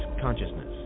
Consciousness